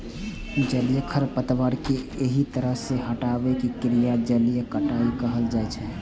जलीय खरपतवार कें एहि तरह सं हटाबै के क्रिया कें जलीय कटाइ कहल जाइ छै